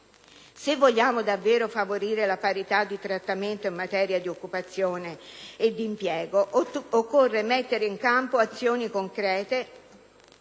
Se vogliamo davvero favorire la parità di trattamento in materia di occupazione e di impiego occorre mettere in campo azioni concrete